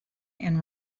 and